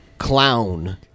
Clown